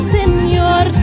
Señor